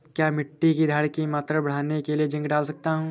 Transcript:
क्या मिट्टी की धरण की मात्रा बढ़ाने के लिए जिंक डाल सकता हूँ?